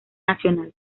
nacional